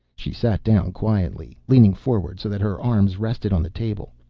she sat down quietly, leaning forward so that her arms rested on the table.